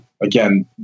again